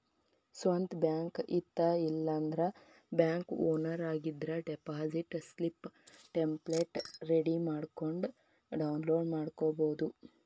ಸ್ವಂತ್ ಬ್ಯಾಂಕ್ ಇತ್ತ ಇಲ್ಲಾಂದ್ರ ಬ್ಯಾಂಕ್ ಓನರ್ ಆಗಿದ್ರ ಡೆಪಾಸಿಟ್ ಸ್ಲಿಪ್ ಟೆಂಪ್ಲೆಟ್ ರೆಡಿ ಮಾಡ್ಕೊಂಡ್ ಡೌನ್ಲೋಡ್ ಮಾಡ್ಕೊಬೋದು